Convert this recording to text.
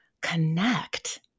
connect